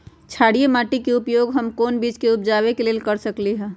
क्षारिये माटी के उपयोग हम कोन बीज के उपजाबे के लेल कर सकली ह?